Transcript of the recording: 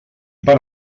per